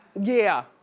yeah.